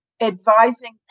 advising